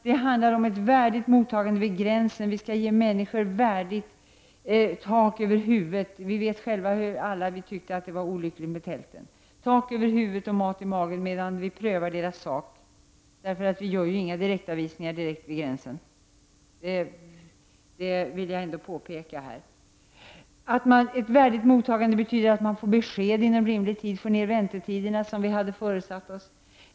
Det handlar om ett värdigt mottagande vid gränsen, människovärdigt tak över huvudet — vi vet alla hur olyckligt vi tyckte att det var med tälten — och mat i magen medan vi prövar deras sak. Vi gör inga direktavvisningar vid gränsen, det vill jag ändå påpeka här. Ett värdigt mottagande betyder vidare att man får besked inom rimlig tid, att väntetiderna förkortas så som vi hade föresatt oss.